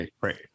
Right